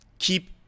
keep